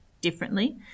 differently